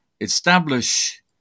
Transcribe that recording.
establish